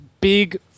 Big